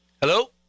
Hello